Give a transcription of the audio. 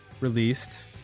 released